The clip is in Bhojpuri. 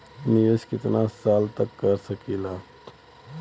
निवेश कितना साल तक कर सकीला?